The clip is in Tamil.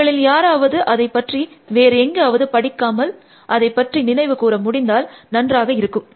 உங்களில் யாராவது அதை பற்றி வேறு எங்காவது படிக்காமல் அதை பற்றி நினைவு கூற முடிந்தால் நன்றாக இருக்கும்